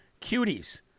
Cuties